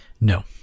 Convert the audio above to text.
No